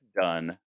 done